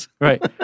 Right